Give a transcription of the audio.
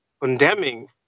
condemning